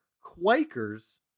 Quakers